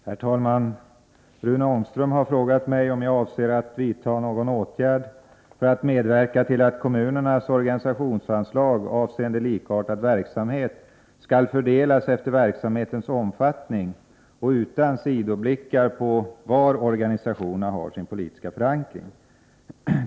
Herr talman! Rune Ångström har frågat mig om jag avser att vidta någon åtgärd för att medverka till att kommunernas organisationsanslag avseende likartad verksamhet skall fördelas efter verksamhetens omfattning och utan sidoblickar på var organisationerna har sin politiska förankring.